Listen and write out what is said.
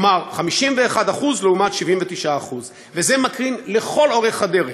כלומר 51% לעומת 79%. וזה מקרין לכל אורך הדרך,